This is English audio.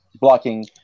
blocking